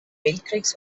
weltkriegs